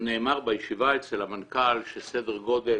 נאמר בישיבה אצל המנכ"ל שסדר גודל,